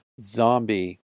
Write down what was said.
zombie